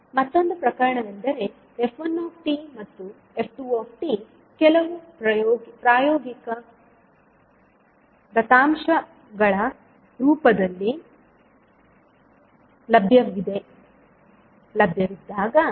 ಮತ್ತೊಂದು ಪ್ರಕರಣವೆಂದರೆ f1 ಮತ್ತು f2 ಕೆಲವು ಪ್ರಾಯೋಗಿಕ ದತ್ತಾಂಶಗಳ ರೂಪದಲ್ಲಿ ಲಭ್ಯವಿದ್ದಾಗ